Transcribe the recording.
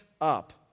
up